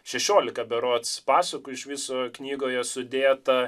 šešiolika berods pasukų iš viso knygoje sudėta